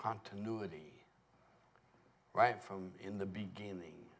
continuity right from in the beginning